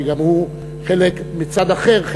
שגם הוא מצד אחר,